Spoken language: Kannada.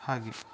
ಹಾಗೆ